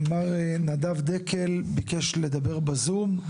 מר נדב דקל מאוניברסיטת חיפה ביקש לדבר בזום.